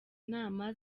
inama